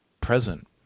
present